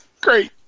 Great